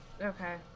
Okay